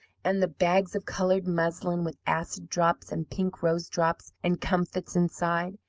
and the bags of coloured muslin, with acid drops and pink rose drops and comfits inside,